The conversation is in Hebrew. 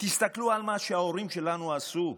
תסתכלו על מה שההורים שלנו עשו,